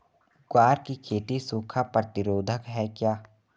ग्वार की खेती सूखा प्रतीरोधक है क्या?